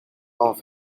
off